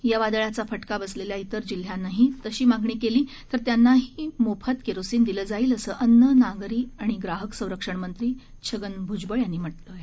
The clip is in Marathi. या वादळाचा फटका बसलेल्या इतर जिल्ह्यांनाही तशी मागणी केल्यास त्यांनाही मोफत केरोसिन दिले जाईल असं अन्न नागरी व ग्राहक संरक्षण मंत्री छगन भुजबळ यांनी म्हटलं आहे